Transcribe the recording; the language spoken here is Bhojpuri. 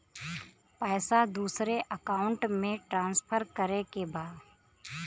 पैसा दूसरे अकाउंट में ट्रांसफर करें के बा?